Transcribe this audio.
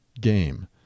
game